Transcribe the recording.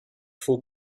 faut